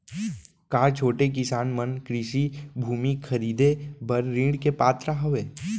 का छोटे किसान मन कृषि भूमि खरीदे बर ऋण के पात्र हवे?